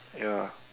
ya